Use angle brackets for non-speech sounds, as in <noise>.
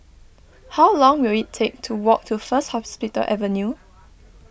<noise> how long will it take to walk to First Hospital Avenue